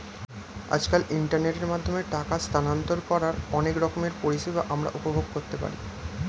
আজকাল ইন্টারনেটের মাধ্যমে টাকা স্থানান্তর করার অনেক রকমের পরিষেবা আমরা উপভোগ করতে পারি